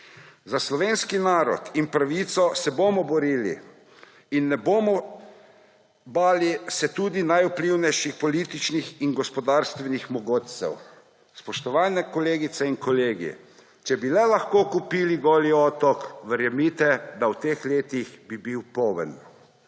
Za slovenski narod in pravico se bomo borili in se ne bomo bali tudi najvplivnejših političnih in gospodarstvenih mogotcev. Spoštovane kolegice in kolegi, če bi le lahko kupili Goli otok, verjemite, da bi bil v teh letih poln.